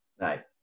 Right